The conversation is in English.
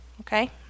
okay